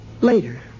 Later